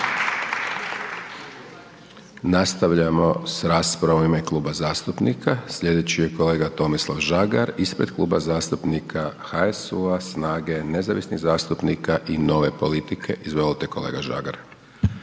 Nastavljamo sa raspravom u ime Kluba zastupnika, sljedeći je kolega Tomislav Žagar ispred Kluba zastupnika HSU-a, SNAGA-e, nezavisnih zastupnika i Nove politike. Izvolite kolega Žagar.